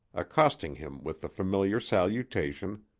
accosting him with the familiar salutation,